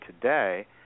today